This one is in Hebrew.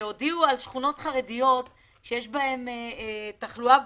שכונות חרדיות שיש בהן תחלואה גבוהה.